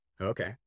Okay